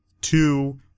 Two